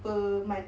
per month